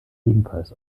ebenfalls